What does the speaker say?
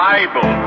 Bible